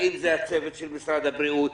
האם זה משרד הבריאות?